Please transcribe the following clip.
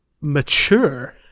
Mature